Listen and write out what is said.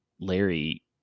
larry